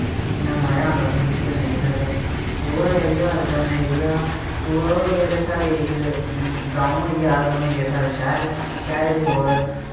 इ'न्ना मज़ा औंदा सानू खेलने गी इद्धर rural area urban area rural होई गेआ साढ़े इद्धर गांव अर्बन होई गेआ साढ़े शैह्र शैह्रे च लोग